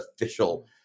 official